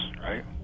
Right